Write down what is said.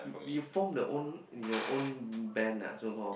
you form the own your own band ah so called